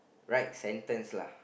right sentence lah